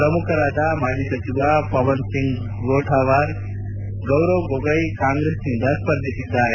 ಪ್ರಮುಖರಾದ ಮಾಜಿ ಸಚಿವ ಪವನ್ ಸಿಂಗ್ ಘೋಟವಾರ್ ಗೌರವ್ ಗೊಗೋಯ್ ಕಾಂಗ್ರೆಸ್ನಿಂದ ಸ್ವರ್ಧಿಸಿದ್ದಾರೆ